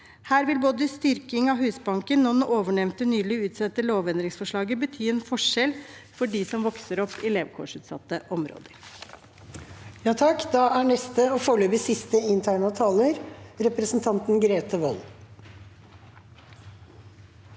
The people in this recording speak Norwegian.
Her vil både styrking av Husbanken og det ovennevnte nylig utsendte lovendringsforslaget bety en forskjell for dem som vokser opp i levekårsutsatte områder.